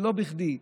ולא בכדי,